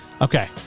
okay